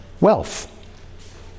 wealth